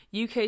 UK